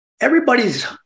Everybody's